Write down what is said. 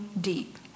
deep